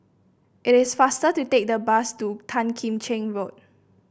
it is faster to take the bus to Tan Kim Cheng Road